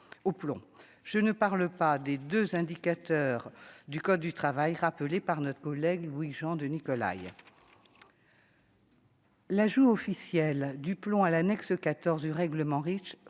je ne parle pas des 2 indicateurs du code du travail, rappelé par notre collègue Louis-Jean de Nicolaï. L'ajout officiel du plomb à l'annexe 14 du règlement Reach